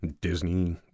Disney